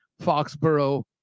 Foxborough